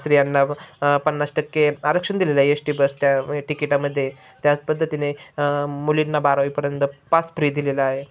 स्त्रियांना पन्नास टक्के आरक्षण दिलेलंय यश टी बस त्या तिकिटा मद्ये त्याच पद्धतीने मुलींना बारावीपर्यंत पास फ्री दिलेला आहे